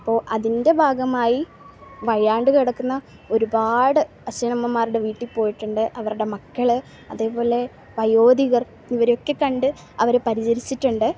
അപ്പോൾ അതിൻ്റെ ഭാഗമായി വയ്യാണ്ട് കിടക്കുന്ന ഒരുപാട് അച്ഛനമ്മമാരുടെ വീട്ടിൽ പോയിട്ടുണ്ട് അവരുടെ മക്കൾ അതേപോലെ വയോധികർ ഇവരെയൊക്കെ കണ്ട് അവരെ പരിചരിച്ചിട്ടുണ്ട്